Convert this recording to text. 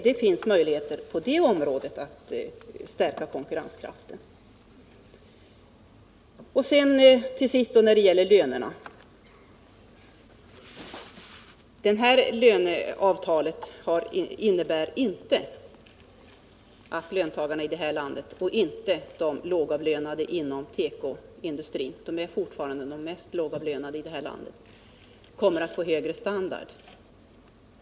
Det finns möjligheter att vidta sådana konkurrensstärkande åtgärder. Till sist några ord om lönerna. Det träffade löneavtalet innebär inte att löntagarna i det här landet, t.ex. de lågavlönade inom tekoindustrin — de är fortfarande de lägst avlönade — kommer att få högre standard.